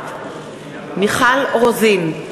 נוכחת מיכל רוזין,